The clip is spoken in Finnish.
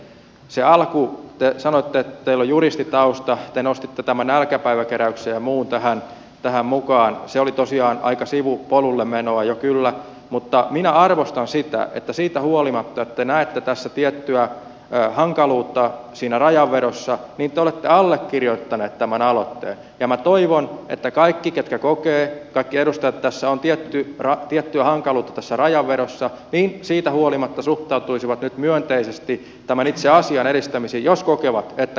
se alku te sanoitte että teillä on juristitausta te nostitte tämän nälkäpäivä keräyksen ja muun tähän mukaan oli tosiaan aika sivupolulle menoa jo kyllä mutta minä arvostan sitä että siitä huolimatta että te näette tiettyä hankaluutta siinä rajanvedossa te olette allekirjoittanut tämän aloitteen ja minä toivon että kaikki edustajat ketkä kokevat että tässä rajanvedossa on tiettyä hankaluutta siitä huolimatta suhtautuisivat nyt myönteisesti tämän itse asian edistämiseen jos kokevat että kerjääminen on ongelma